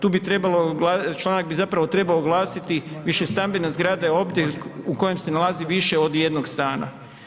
Tu bi trebalo, članak bi zapravo trebao glasiti, višestambena zgrada je objekt u kojem se nalazi više od jednog stana.